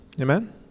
Amen